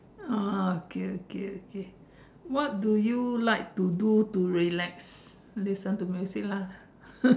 oh okay okay okay what do you like to do to relax listen to music lah